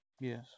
Yes